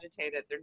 agitated